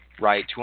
right